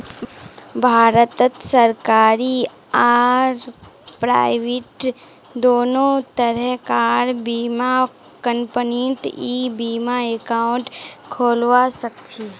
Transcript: भारतत सरकारी आर प्राइवेट दोनों तरह कार बीमा कंपनीत ई बीमा एकाउंट खोलवा सखछी